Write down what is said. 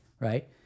right